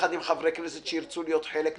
ביחד עם חברי כנסת שירצו להיות חלק ממנו.